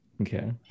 okay